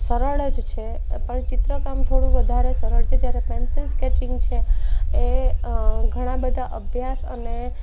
સરળ જ છે પણ ચિત્ર કામ થોડું વધારે સરળ છે જ્યારે પેન્સિલ સ્કેચિંગ છે એ ઘણાબધા અભ્યાસ અને